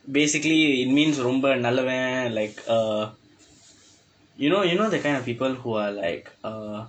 basically means ரொம்ப நல்லவன்:romba nallavan like uh you know you know that kind of people who are like err